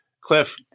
Cliff